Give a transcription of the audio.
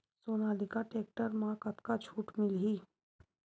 Sonalika tractor म कतका छूट मिलही?